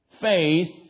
faith